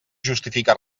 justifica